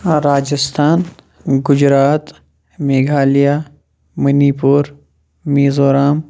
Rajasthan Gujarat Meghalaya Manipur Mizoram